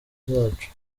zacu